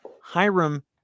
Hiram